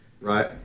right